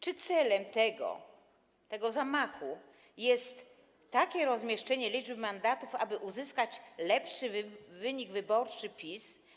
Czy celem tego zamachu jest takie rozmieszczenie liczby mandatów, aby uzyskać lepszy wynik wyborczy PiS?